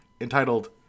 entitled